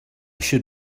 should